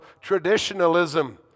traditionalism